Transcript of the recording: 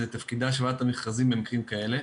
זה תפקידה של ועדת מכרזים במקרים כאלה,